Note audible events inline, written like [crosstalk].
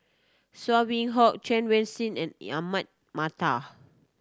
Saw [unintelligible] Hock Chen Wen Hsi and Ahmad Mattar